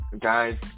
guys